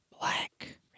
black